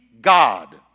God